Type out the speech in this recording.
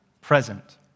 present